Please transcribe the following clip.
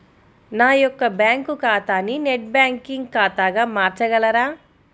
నా యొక్క బ్యాంకు ఖాతాని నెట్ బ్యాంకింగ్ ఖాతాగా మార్చగలరా?